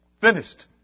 Finished